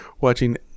watching